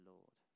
Lord